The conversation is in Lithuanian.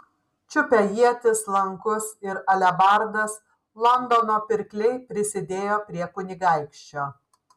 čiupę ietis lankus ir alebardas londono pirkliai prisidėjo prie kunigaikščio